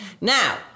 Now-